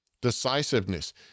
decisiveness